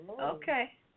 Okay